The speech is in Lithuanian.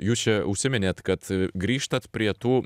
jūs čia užsiminėt kad grįžtat prie tų